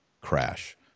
crash